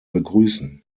begrüßen